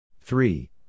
Three